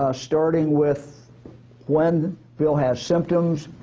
ah starting with when bill has symptoms,